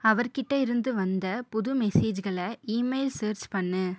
அவர் கிட்டே இருந்து வந்த புது மெசேஜ்களை இமெயில் செர்ச் பண்ணு